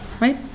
Right